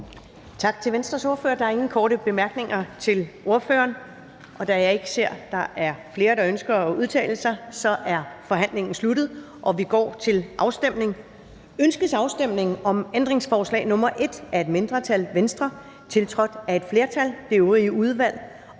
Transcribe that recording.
Tak til Venstres ordfører. Der er ingen korte bemærkninger til ordføreren. Da jeg ikke ser, at der er flere, der ønsker at udtale sig, er forhandlingen sluttet. Vi går til afstemning. Kl. 14:52 Afstemning Første næstformand (Karen Ellemann): Ønskes afstemning om ændringsforslag nr. 1 af et mindretal (Venstre), tiltrådt af et flertal (det øvrige udvalg),